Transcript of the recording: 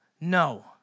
No